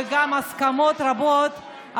וגם הסכמות רבות,